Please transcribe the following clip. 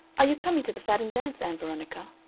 are you coming to the fadden dance, ann veronica?